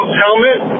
helmet